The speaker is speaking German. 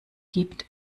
gibt